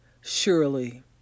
surely